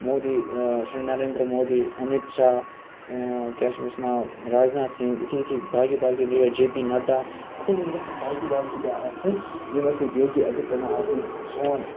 مودی شری نریندر مودی امِت شاہ کیاہ چھِ أمَس ناو راجناتھ سِنٛگھ یِتھی یِتھی باقٕے باقٕے لیٖڈَر جے پی نَڈا اِتھے کنۍ گژھن باقٕے باقٕے تہِ آسٕنۍ یِم اسہِ سۭتۍ یوگی آدتہِ ناتھ یِم سون